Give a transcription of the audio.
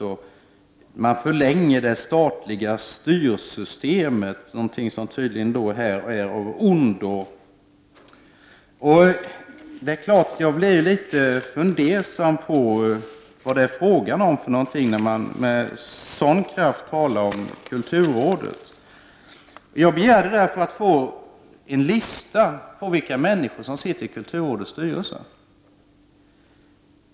Hon säger att man förlänger det statliga styrsystemet. Det tycker hon tydligen är av ondo. Det är klart att jag blir litet fundersam över vad det är fråga om när man med en sådan kraft talar om kulturrådet. Jag begärde därför att få en lista över vilka som sitter i kulturrådets styrelse.